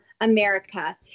America